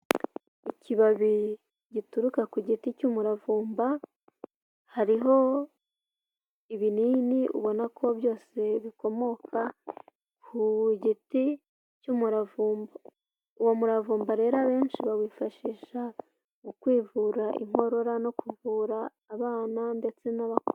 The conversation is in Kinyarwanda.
Ikibabi gituruka ku giti cy'umuravumba, hariho ibinini ubona ko byose bikomoka ku giti cy'umuravumba, uwo muravumba rero abenshi bawifashisha mu kwivura inkorora no kuvura abana ndetse n'abakuru.